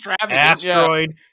asteroid